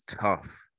Tough